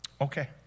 okay